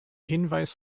hinweis